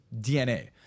DNA